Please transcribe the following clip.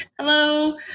Hello